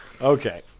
Okay